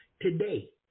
today